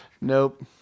Nope